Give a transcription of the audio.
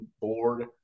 board